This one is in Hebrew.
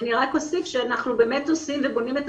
אני רק אוסיף שאנחנו באמת עושים ובונים את